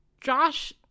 Josh